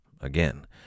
again